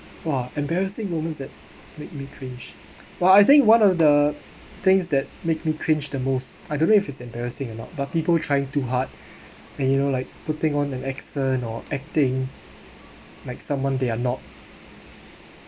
!wah! embarrassing moments that make me cringed while I think one of the things that makes me cringed the most I don't know if it's embarrassing or not but people trying too hard when you know like putting on an accent or acting like someone they are not